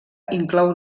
inclou